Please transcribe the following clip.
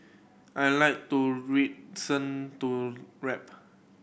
I like to to rap